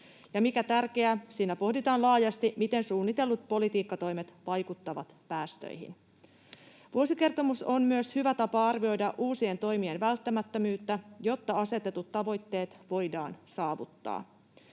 Ja mikä tärkeää, siinä pohditaan laajasti, miten suunnitellut politiikkatoimet vaikuttavat päästöihin. Vuosikertomus on myös hyvä tapa arvioida uusien toimien välttämättömyyttä, jotta asetetut tavoitteet voidaan saavuttaa.